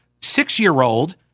six-year-old